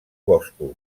boscos